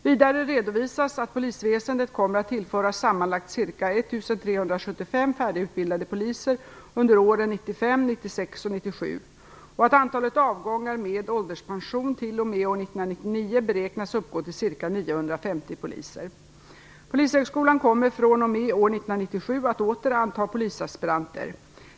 Vidare redovisas att polisväsendet kommer att tillföras sammanlagt ca 1 375 färdigutbildade poliser under åren 1995, 1996 och 1997, och att antalet avgångar med ålderspension t.o.m. år 1999 beräknas uppgå till ca 950 poliser. Polishögskolan kommer fr.o.m. år 1997 att åter anta polisaspiranter.